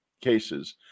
cases